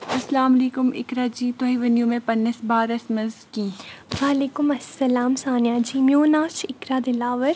اَلسَلامُ علیکُم اِقرا جی تُہۍ ؤنِو مےٚ پننِس بارَس منٛز کیٚنٛہہ وعلیکُم اَلسَلام سانیہ جی میون ناو چھُ اِقرا دِلاوَر